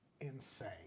insane